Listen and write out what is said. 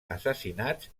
assassinats